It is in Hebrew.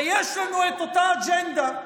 ויש לנו אותה אג'נדה.